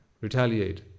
retaliate